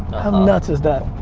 how nuts is that?